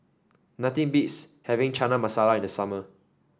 nothing beats having Chana Masala in the summer